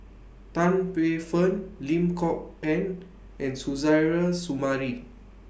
Tan Paey Fern Lim Kok Ann and Suzairhe Sumari